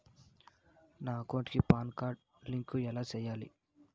నా అకౌంట్ కి PAN card link ఎలా సేయాలి